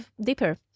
deeper